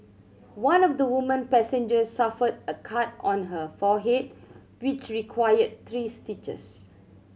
one of the woman passengers suffered a cut on her forehead which required three stitches